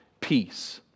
peace